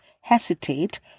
hesitate